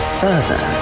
further